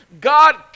God